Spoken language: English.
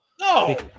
No